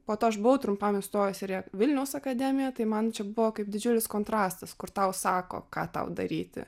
po to aš buvau trumpam įstojus ir į vilniaus akademiją tai man čia buvo kaip didžiulis kontrastas kur tau sako ką tau daryti